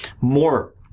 more